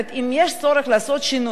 אם יש צורך לעשות שינויים,